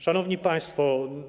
Szanowni Państwo!